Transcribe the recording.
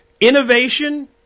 Innovation